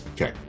Okay